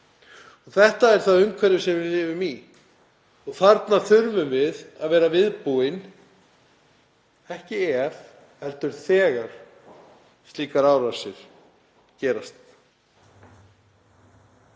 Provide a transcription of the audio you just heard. Þetta er það umhverfi sem við lifum í og þarna þurfum við að vera viðbúin, ekki ef heldur þegar slíkar árásir gerast.